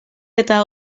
eta